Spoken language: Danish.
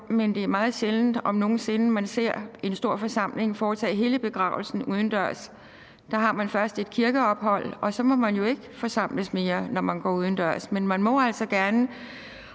men det er meget sjældent – om nogen sinde – at man ser en stor forsamling foretage hele begravelsen udendørs. Der har man først et kirkeophold, og så må man jo ikke længere forsamles, når man går udendørs, men dér må man altså gerne,